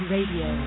Radio